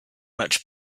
much